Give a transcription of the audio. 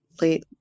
late